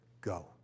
go